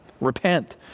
Repent